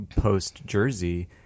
post-Jersey